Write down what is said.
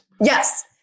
yes